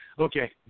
okay